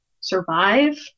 survive